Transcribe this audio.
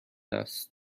است